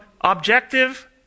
objective